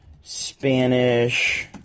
Spanish